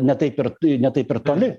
ne taip ir ne taip ir toli